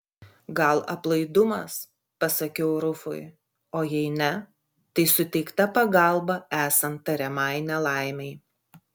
gal aplaidumas pasakiau rufui o jei ne tai suteikta pagalba esant tariamai nelaimei